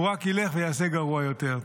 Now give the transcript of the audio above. הוא רק ילך וייעשה גרוע יותר,